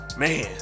Man